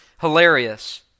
hilarious